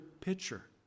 picture